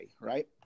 right